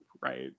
right